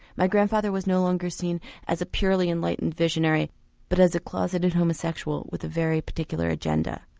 my grandfather was no longer seen as a purely enlightened visionary but as a closeted homosexual with a very particular agenda.